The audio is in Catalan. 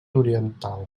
oriental